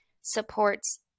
supports